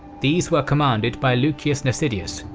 these were commanded by lucius nasidius,